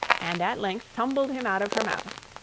and at length tumbled him out of her mouth.